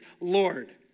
Lord